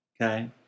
Okay